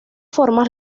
formas